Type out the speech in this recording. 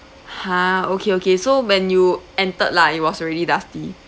!huh! okay okay so when you entered lah it was already dusty